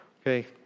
okay